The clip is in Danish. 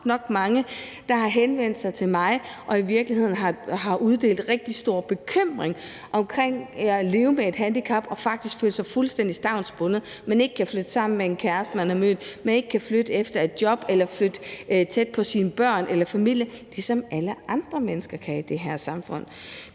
der er godt nok mange, der har henvendt sig til mig, og som i virkeligheden har udtalt rigtig stor bekymring omkring det at leve med et handicap og faktisk føle sig fuldstændig stavnsbundet, altså at man ikke kan flytte sammen med en kæreste, man har mødt, og at man ikke kan flytte efter et job eller flytte tæt på sine børn og sin familie, ligesom alle andre mennesker i det her samfund